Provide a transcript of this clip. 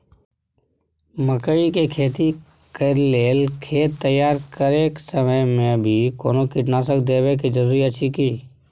मकई के खेती कैर लेल खेत तैयार करैक समय मे भी कोनो कीटनासक देबै के जरूरी अछि की?